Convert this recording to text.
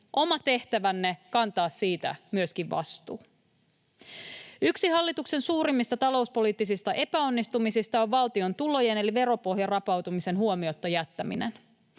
oma tehtävänne kantaa siitä myöskin vastuu. Yksi hallituksen suurimmista talouspoliittisista epäonnistumisista on valtion tulojen eli veropohjan rapautumisen huomiotta jättäminen.